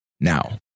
now